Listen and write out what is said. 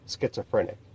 schizophrenic